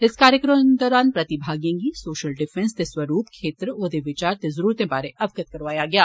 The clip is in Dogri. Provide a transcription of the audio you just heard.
इस कार्यक्रम दौरान प्रतिभागिएं गी सौशल डिफैन्स दे स्वरुप क्षेत्र ओदे विचार ते जरुरते बारे अगवत करौआया गेआ